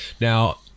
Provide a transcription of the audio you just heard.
Now